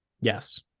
Yes